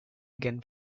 again